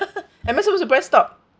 am I supposed to press stop